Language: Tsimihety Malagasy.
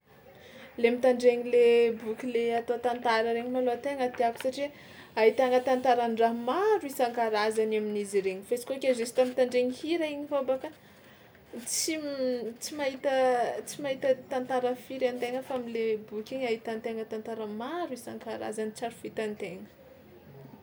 Le mitandregny le boky le atao tantara regny malôha tegna tiàko satria ahitana tantaran-draha maro isan-karazany amin'izy regny fa izy kôa ke justa mitandregny hira igny koa baka tsy m- tsy mahita tsy mahita tantara firy an-tegna fa am'le boky igny ahitan-tegna tantara maro isan-karazany tsary fahitran-tegna.